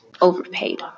overpaid